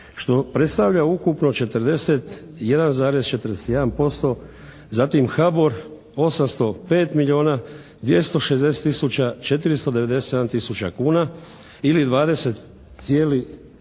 što predstavlja ukupno 41,41%. Zatim HABOR 805 milijuna 260 tisuća 497 tisuća kuna ili 20,70%.